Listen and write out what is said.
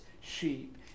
sheep